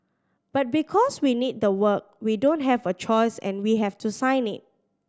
but because we need the work we don't have a choice and we have to sign it